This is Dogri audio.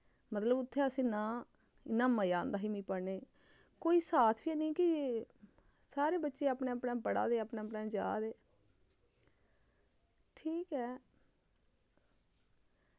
मतलब उत्थै अस इन्ना इन्ना मजा आंदा ही पढ़ने कोई साथ गै निं कि सारे बच्चे अपने अपने पढ़ा दे अपने अपने जा दे ठीक ऐ